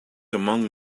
among